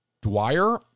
Dwyer